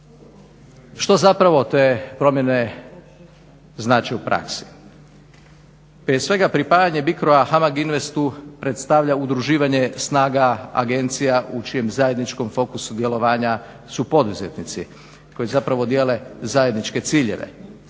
Što zapravo te promjene znače u praksi? Prije svega pripajanje BICRO-a HAMAG Investu predstavlja udruživanje snaga agencija u čijem zajedničkom fokusu djelovanja su poduzetnici koji zapravo dijele zajedničke ciljeve,